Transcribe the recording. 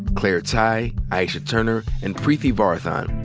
claire tighe, aisha turner, and preeti varathan.